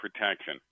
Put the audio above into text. protection